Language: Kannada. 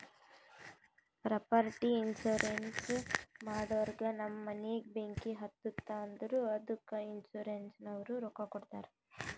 ಪ್ರಾಪರ್ಟಿ ಇನ್ಸೂರೆನ್ಸ್ ಮಾಡೂರ್ ನಮ್ ಮನಿಗ ಬೆಂಕಿ ಹತ್ತುತ್ತ್ ಅಂದುರ್ ಅದ್ದುಕ ಇನ್ಸೂರೆನ್ಸನವ್ರು ರೊಕ್ಕಾ ಕೊಡ್ತಾರ್